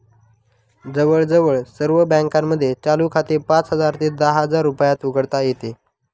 जवळजवळ सर्व बँकांमध्ये चालू खाते पाच हजार ते दहा हजार रुपयात उघडता येते